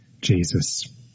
Jesus